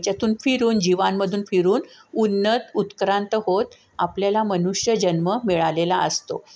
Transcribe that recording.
ह्याच्यातून फिरून जीवांमधून फिरून उन्नत उत्क्रांत होत आपल्याला मनुष्यजन्म मिळालेला असतो